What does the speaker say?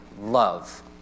Love